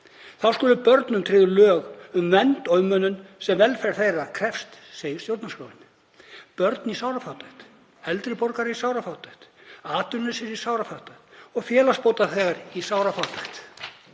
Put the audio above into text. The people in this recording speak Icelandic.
Þá skal börnum tryggð í lögum sú vernd og umönnun sem velferð þeirra krefst, segir stjórnarskráin. Börn í sárafátækt, eldri borgarar í sárafátækt, atvinnulausir í sárafátækt og félagsbótaþegar í sárafátækt.